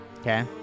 Okay